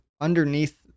underneath